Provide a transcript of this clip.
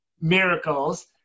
miracles